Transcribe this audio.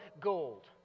gold